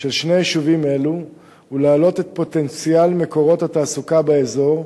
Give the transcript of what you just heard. של שני יישובים אלו ולהעלות את פוטנציאל מקורות התעסוקה באזור,